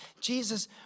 Jesus